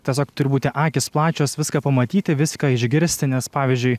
tiesiog turi būti akys plačios viską pamatyti viską išgirsti nes pavyzdžiui